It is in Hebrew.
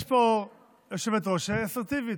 יש פה יושבת-ראש אסרטיבית.